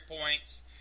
points